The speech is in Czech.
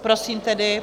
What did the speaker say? Prosím tedy.